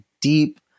deep